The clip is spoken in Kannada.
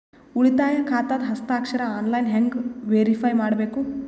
ಉಳಿತಾಯ ಖಾತಾದ ಹಸ್ತಾಕ್ಷರ ಆನ್ಲೈನ್ ಹೆಂಗ್ ವೇರಿಫೈ ಮಾಡಬೇಕು?